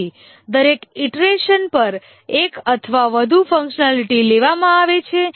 તેથી દરેક ઇટરેશન પર એક અથવા વધુ ફંકશનાલિટી લેવામાં આવે છે